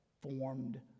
formed